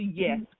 yes